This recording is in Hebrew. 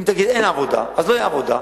אם תגיד שאין עבודה אז לא תהיה עבודה,